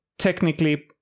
Technically